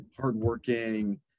hardworking